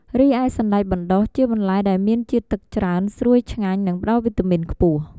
រីឯសណ្តែកបណ្តុះ ជាបន្លែដែលមានជាតិទឹកច្រើន ស្រួយឆ្ងាញ់ និងផ្តល់វីតាមីនខ្ពស់។